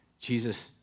Jesus